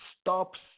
stops